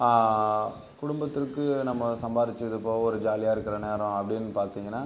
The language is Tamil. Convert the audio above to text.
குடும்பத்திற்கு நம்ம சம்பாரிச்சது போக ஒரு ஜாலியாக இருக்கிற நேரம் அப்டின்னு பார்த்திங்கன்னா